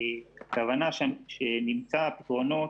הכוונה שנמצא פתרונות